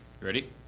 Ready